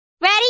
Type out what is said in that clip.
ready